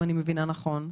אם אני מבינה נכון,